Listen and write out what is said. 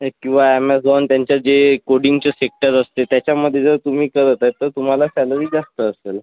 किंवा अमेझॉन त्यांचे जे कोडिंगचे सेक्टर असते त्याच्यामधे जर तुम्ही करत आहेत तर तुम्हाला सॅलरी जास्त असेल